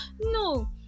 No